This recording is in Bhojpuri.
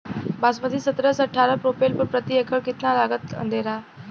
बासमती सत्रह से अठारह रोपले पर प्रति एकड़ कितना लागत अंधेरा?